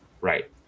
right